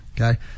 Okay